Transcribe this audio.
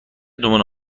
نمونه